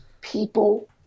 people